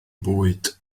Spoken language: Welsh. bwyd